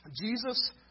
Jesus